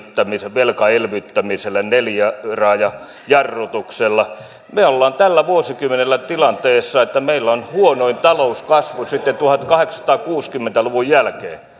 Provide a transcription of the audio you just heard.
velkaelvyttämisellä neljäraajajarrutuksella me olemme tällä vuosikymmenellä tilanteessa että meillä on huonoin talouskasvu sitten tuhatkahdeksansataakuusikymmentä luvun